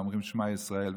האומרים שמע ישראל,